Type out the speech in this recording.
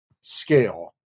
scale